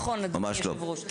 נכון --- כאב ראש.